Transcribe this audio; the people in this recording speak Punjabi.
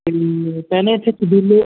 ਭੈਣੇ ਇੱਥੇ ਕਬੀਲੇ